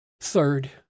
Third